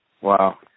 Wow